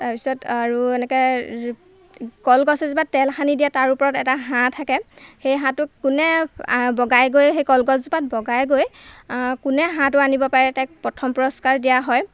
তাৰপিছত আৰু এনেকৈ কলগছ এজোপাত তেল সানি দিয়ে তাৰ ওপৰত এটা হাঁহ থাকে সেই হাঁহটোক কোনে বগাই গৈ সেই গছজোপাত বগাই গৈ কোনে হাঁহটো আনিব পাৰে তাক প্ৰথম পুৰষ্কাৰ দিয়া হয়